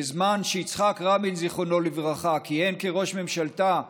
בזמן שיצחק רבין זיכרונו לברכה כיהן כראש ממשלתה,